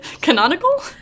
Canonical